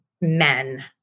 men